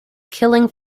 killing